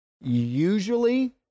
usually